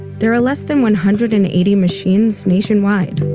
there are less than one hundred and eighty machines nationwide.